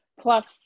Plus